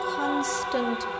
constant